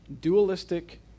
dualistic